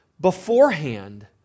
beforehand